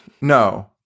No